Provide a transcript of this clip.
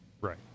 Right